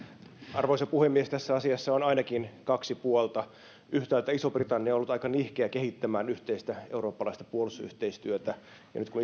arvoisa puhemies tässä asiassa on ainakin kaksi puolta yhtäältä iso britannia on ollut aika nihkeä kehittämään yhteistä eurooppalaista puolustusyhteistyötä ja nyt kun